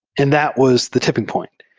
and that was the tipping point.